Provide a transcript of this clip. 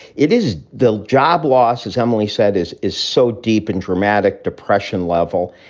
it is they'll job loss, as emily said, is is so deep and dramatic depression level.